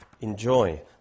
enjoy